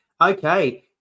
Okay